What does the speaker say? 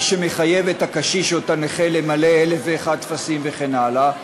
מה שמחייב את הקשיש או הנכה למלא אלף ואחד טפסים וכן הלאה?